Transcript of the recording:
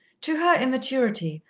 to her immaturity,